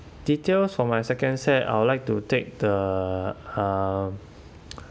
details for my second set I would like to take the um